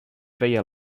feia